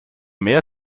mehr